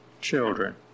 children